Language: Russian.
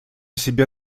себе